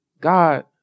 God